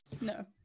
No